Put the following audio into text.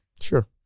Sure